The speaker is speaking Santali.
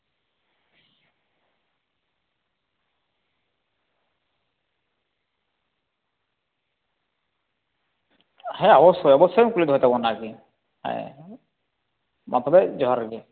ᱦᱮᱸ ᱚᱵᱚᱥᱥᱳᱭ ᱚᱵᱚᱥᱥᱳᱭᱮᱢ ᱠᱩᱞᱤ ᱫᱚᱦᱚᱭ ᱛᱟᱵᱚᱱᱟ ᱟᱨᱠᱤ ᱦᱮᱸ ᱢᱟ ᱛᱚᱵᱮ ᱡᱚᱦᱟᱨ ᱜᱮ